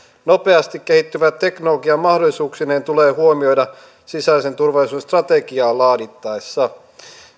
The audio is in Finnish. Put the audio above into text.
nopeasti kehittyvä teknologia mahdollisuuksineen tulee huomioida sisäisen turvallisuuden strategiaa laadittaessa